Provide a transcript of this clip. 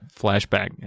flashback